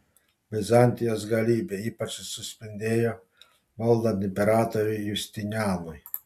bizantijos galybė ypač suspindėjo valdant imperatoriui justinianui